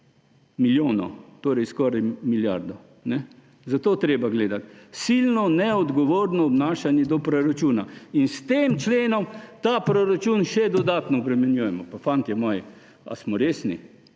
milijonov, torej skoraj milijardo, zato je treba gledati. Silno neodgovorno obnašanje do proračuna in s tem členom ta proračun še dodatno obremenjujemo. Pa fantje moji, ali smo resni?!